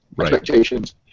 expectations